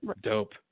Dope